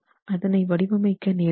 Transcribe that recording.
அதனை வடிவமைக்க நேர்ந்தது